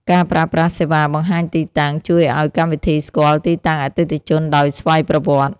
ការប្រើប្រាស់សេវាបង្ហាញទីតាំង ជួយឱ្យកម្មវិធីស្គាល់ទីតាំងអតិថិជនដោយស្វ័យប្រវត្តិ។